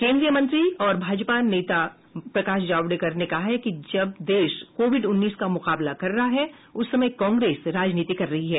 केन्द्रीय मंत्री और भाजपा नेता प्रकाश जावड़ेकर ने कहा कि जब देश कोविड उन्नीस का मुकाबला कर रहा है उस समय कांग्रेस राजनीति कर रही है